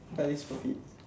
super fit